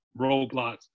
Roadblocks